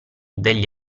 degli